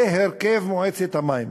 זה הרכב מועצת המים.